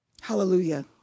hallelujah